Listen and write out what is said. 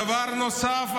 דבר נוסף,